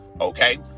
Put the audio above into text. okay